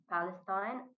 Palestine